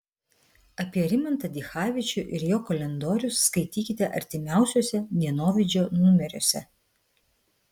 apie rimantą dichavičių ir jo kalendorius skaitykite artimiausiuose dienovidžio numeriuose